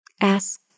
Ask